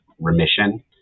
remission